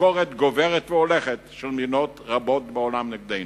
וביקורת גוברת והולכת של מדינות רבות בעולם נגדנו,